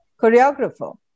choreographer